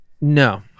No